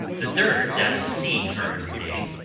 the third that of seeing her every day,